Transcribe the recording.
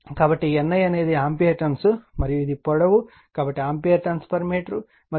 కాబట్టి NI అనేది ampere turn మరియు ఇది పొడవు కాబట్టి ఆంపియర్ టర్న్స్ మీటర్ మరియు తరువాత NI Fm ఇక్కడ Fm NI అవుతుంది